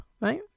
right